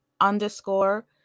underscore